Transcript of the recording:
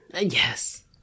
yes